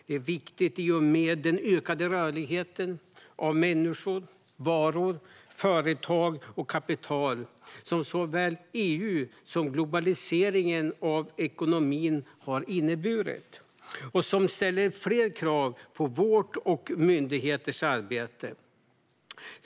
Det är viktigt i och med den ökade rörlighet av människor, varor, företag och kapital som såväl EU som globaliseringen av ekonomin har inneburit och som ställer fler krav på vårt och myndigheternas arbete.